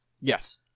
Yes